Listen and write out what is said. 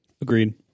Agreed